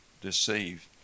deceived